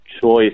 choice